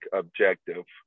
objective